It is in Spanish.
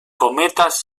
cometas